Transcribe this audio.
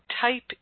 type